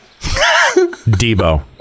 Debo